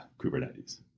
Kubernetes